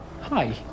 hi